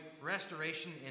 Restoration